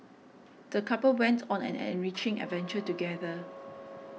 the couple went on an enriching adventure together